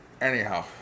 Anyhow